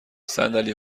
صندلی